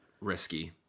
Risky